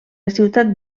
ciutat